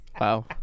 Wow